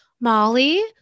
Molly